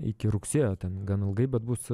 iki rugsėjo ten gan ilgai bet bus